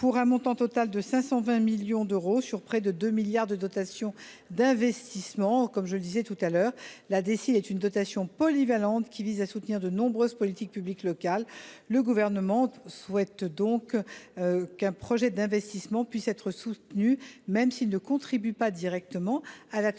pour un montant total de 520 millions d’euros sur près de 2 milliards d’euros de dotations d’investissement. Comme je le disais tout à l’heure, la DSIL est une dotation polyvalente, qui vise à soutenir de nombreuses politiques publiques locales. Le Gouvernement souhaite donc qu’un projet d’investissement puisse être soutenu même s’il ne contribue pas directement à la transition